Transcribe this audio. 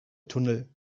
tunnel